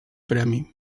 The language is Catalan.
premi